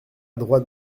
droite